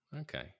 Okay